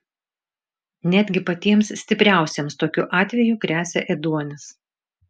netgi patiems stipriausiems tokiu atveju gresia ėduonis